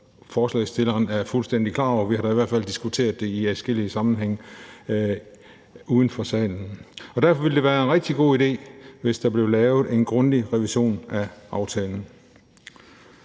forslagsstilleren er fuldstændig klar over – vi har i hvert fald diskuteret det i adskillige sammenhænge uden for salen – og derfor ville det være en rigtig god idé, hvis der blev lavet en grundig revision af aftalen.